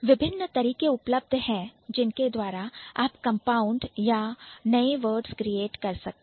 विपिन ने तरीके उपलब्ध है जिनके द्वारा आप कंपाउंड या नए वर्ड्स क्रिएट कर सकते हैं